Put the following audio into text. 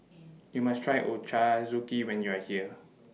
YOU must Try Ochazuke when YOU Are here